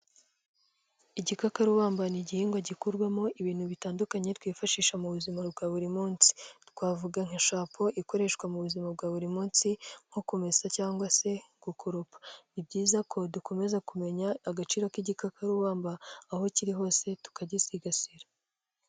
Igikakarubammba ni igihingwa gikurwamo ibintu bitandukanye twifashisha mu buzima bwa buri munsi. Twavuga nka shapo ikoreshwa mu buzima bwa buri munsi nko kumesa cyangwa se gukurupa, ni byiza ko dukomeza kumenya agaciro k'igikakarubamba aho kiri hose tukagisigasira.